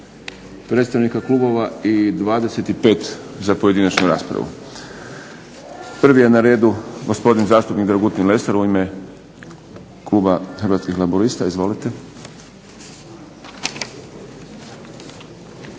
predstavnika Klubova i 25 za pojedinačnu raspravu. Prvi je na redu gospodin zastupnik Dragutin Lesar u ime Kluba Hrvatskih laburista. Izvolite.